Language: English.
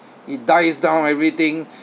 it dies down everything